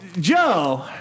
Joe